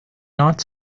not